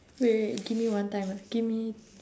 wait wait give me one time ah give me